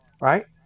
Right